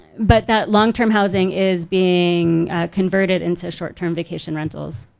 but that long-term housing is being converted into short-term vacation rentals.